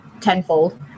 tenfold